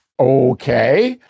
Okay